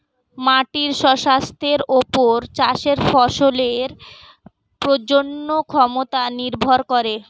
মাটির স্বাস্থ্যের ওপর চাষের ফসলের প্রজনন ক্ষমতা নির্ভর করে